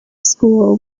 school